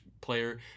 player